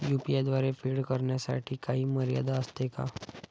UPI द्वारे फेड करण्यासाठी काही मर्यादा असते का?